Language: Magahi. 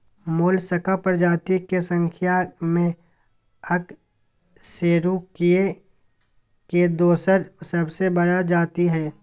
मोलस्का प्रजाति के संख्या में अकशेरूकीय के दोसर सबसे बड़ा जाति हइ